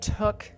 took